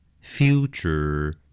Future